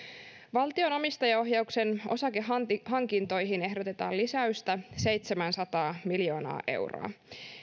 valtion omistajaohjauksen osakehankintoihin ehdotetaan lisäystä seitsemänsataa miljoonaa euroa